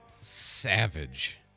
savage